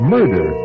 Murder